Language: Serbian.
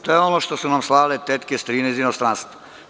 To je ono što su nam slale tetke i strine iz inostranstva.